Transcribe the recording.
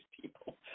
people